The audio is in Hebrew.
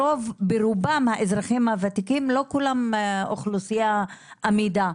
ברובם האזרחים הוותיקים לא כולם אוכלוסייה עמידה,